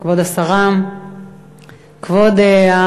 כבוד השרה,